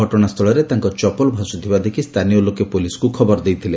ଘଟଣାସ୍ଚୁଳରେ ତାଙ୍କ ଚପଲ ଭାସ୍ଥିବା ଦେଖି ସ୍ଥାନୀୟ ଲୋକେ ପୋଲିସକୁ ଖବରଦେଇଥିଲେ